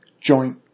Joint